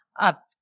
up